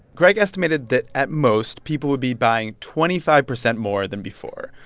greg estimated that at most, people would be buying twenty five percent more than before.